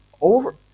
over